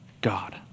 God